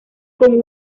con